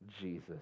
Jesus